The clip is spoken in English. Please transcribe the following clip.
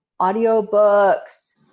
audiobooks